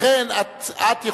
לכן את יכולה,